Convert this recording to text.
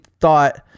thought